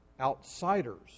outsiders